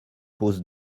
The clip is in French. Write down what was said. pose